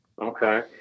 Okay